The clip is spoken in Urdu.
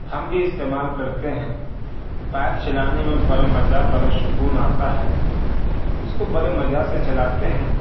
ہم بھی استعمال کرتے ہیں بائک چلانے میں بڑا مزہ بڑا سکون آتا ہے اس کو بڑے مزہ سے چلاتے ہیں